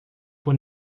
por